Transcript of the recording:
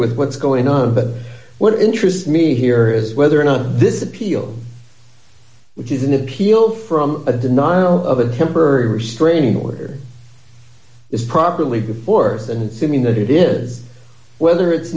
with what's going on but what interests me here is whether or not this appeal which is an appeal from a denial of a temporary restraining order is properly before and seeming that it is whether it's